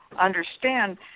understand